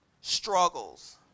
struggles